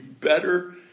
better